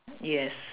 yes